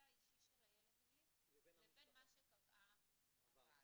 האישי של הילד המליץ לבין מה שקבעה הוועדה.